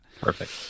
Perfect